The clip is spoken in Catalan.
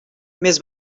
més